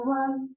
one